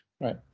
Right